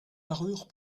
parures